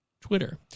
Twitter